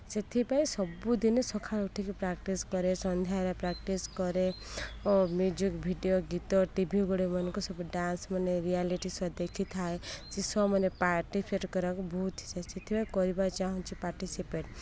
ସେଥିପାଇଁ ସବୁଦିନେ ସକାଳୁ ଉଠିକି ପ୍ରାକ୍ଟିସ୍ କରେ ସନ୍ଧ୍ୟାରେ ପ୍ରାକ୍ଟିସ୍ କରେ ଓ ମ୍ୟୁଜିକ୍ ଭିଡ଼ିଓ ଗୀତ ଟିଭିଗୁଡ଼ାଏମାନଙ୍କୁ ସବୁ ଡାନ୍ସ ମାନେ ରିଆାଲିଟି ସୋ ଦେଖିଥାଏ ସେ ସୋ ମାନେ ପାର୍ଟିସିପେଟ୍ କରିବାକୁ ବହୁତ ଇଚ୍ଛା ସେଥିପାଇଁ କରିବାକୁ ଚାହୁଁଛି ପାର୍ଟିସିପେଟ୍